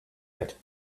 yet